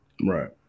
Right